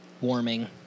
warming